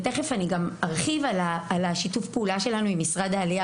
תכף אני גם ארחיב על שיתוף הפעולה שלנו עם משרד העלייה